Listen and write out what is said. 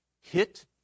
hit